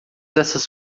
essas